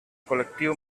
col·lectiu